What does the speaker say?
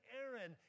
Aaron